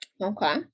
Okay